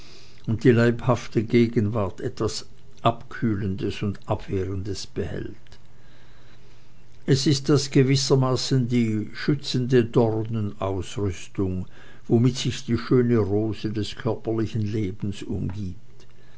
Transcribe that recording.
und die leibhafte gegenwart etwas abkühlendes und abwehrendes behält es ist das gewissermaßen die schützende dornenrüstung womit sich die schöne rose des körperlichen lebens umgibt